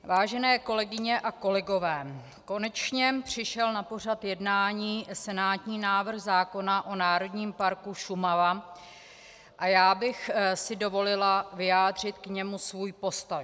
Vážené kolegyně a kolegové, konečně přišel na pořad jednání senátní návrh zákona o Národním parku Šumava a já bych si dovolila vyjádřit k němu svůj postoj.